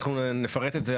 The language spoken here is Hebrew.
אנחנו נפרט את זה.